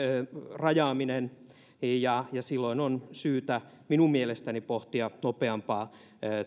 rajaaminen ja ja silloin on syytä minun mielestäni pohtia nopeampaa